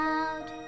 out